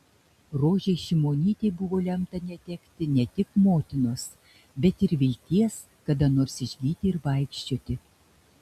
rožei šimonytei buvo lemta netekti ne tik motinos bet ir vilties kada nors išgyti ir vaikščioti